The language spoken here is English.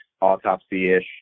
autopsy-ish